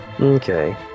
okay